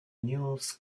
news